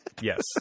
Yes